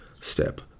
step